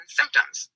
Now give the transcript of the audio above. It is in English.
symptoms